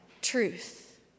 truth